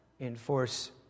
enforce